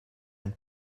ein